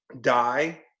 die –